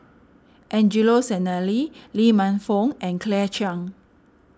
Angelo Sanelli Lee Man Fong and Claire Chiang